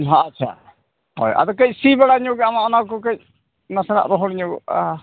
ᱦᱮᱸ ᱟᱪᱪᱷᱟ ᱦᱳᱭ ᱟᱫᱚ ᱠᱟᱹᱡ ᱥᱤ ᱵᱟᱲᱟ ᱧᱚᱜᱮᱜ ᱟᱢ ᱚᱱᱟ ᱠᱚ ᱠᱟᱹᱡ ᱱᱟᱥᱮᱱᱟᱜ ᱨᱚᱦᱚᱲ ᱧᱚᱜᱚᱜᱼᱟ